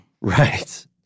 right